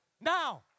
Now